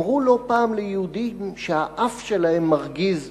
אמרו לא פעם ליהודים שהאף שלהם מרגיז